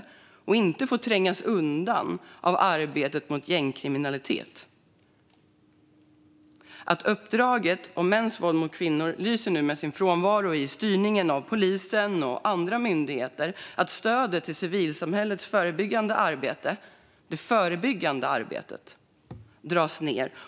De får inte trängas undan av arbetet mot gängkriminaliteten. Uppdraget om mäns våld mot kvinnor lyser nu med sin frånvaro i styrningen av polisen och andra myndigheter, och stödet till civilsamhällets förebyggande arbete - det förebyggande arbetet - dras ned.